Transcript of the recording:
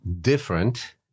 different